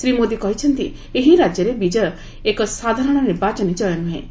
ଶ୍ରୀ ମୋଦି କହିଛନ୍ତି ଏହି ରାଜ୍ୟରେ ବିଜୟ ଏକ ସାଧାରଣ ନିର୍ବାଚନୀ କୟ ନୁହେଁ